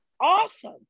awesome